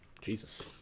Jesus